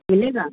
मिलेगा